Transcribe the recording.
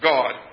God